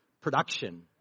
Production